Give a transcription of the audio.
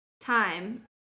time